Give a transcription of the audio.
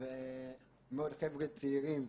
--- חבר'ה צעירים,